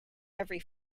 every